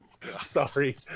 Sorry